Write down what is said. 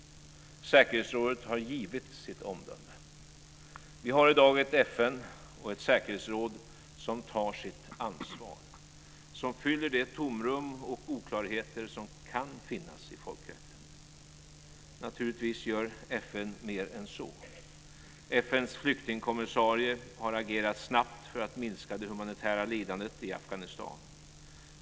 Säkerhetsrådet har givit sitt omdöme. Vi har i dag ett FN och ett säkerhetsråd som tar sitt ansvar, som fyller det tomrum och de oklarheter som kan finnas i folkrätten. Naturligtvis gör FN mer än så. FN:s flyktingkommissarie har agerat snabbt för att minska det humanitära lidandet i Afghanistan.